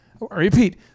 Repeat